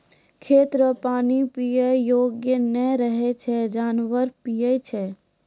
खेत रो पानी पीयै योग्य नै रहै छै जानवर पीयै छै